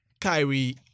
Kyrie